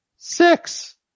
six